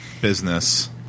business